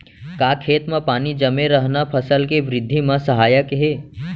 का खेत म पानी जमे रहना फसल के वृद्धि म सहायक हे?